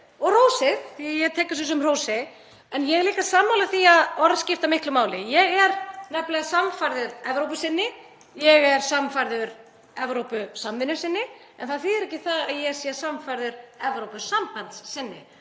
og hrósið því ég tek því sem hrósi. Ég er líka sammála því að orð skipta miklu máli. Ég er nefnilega sannfærður Evrópusinni, ég er sannfærður Evrópusamvinnusinni en það þýðir ekki að ég sé sannfærður Evrópusambandssinni.